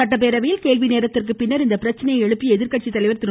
சட்டப்பேரவையில் கேள்வி நேரத்திற்கு பின்னர் இப்பிரச்சனையை எழுப்பிய எதிர்க்கட்சி தலைவர் திரு